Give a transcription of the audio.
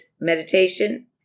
meditation